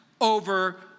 over